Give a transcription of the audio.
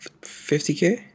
50K